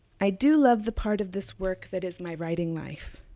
i do love the part of this work that is my writing life,